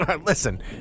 Listen